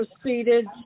proceeded